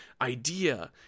idea